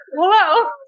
Hello